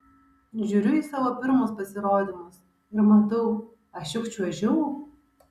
žiūriu į savo pirmus pasirodymus ir matau aš juk čiuožiau